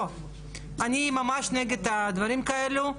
לא, אני ממש נגד דברים כאלה.